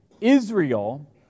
Israel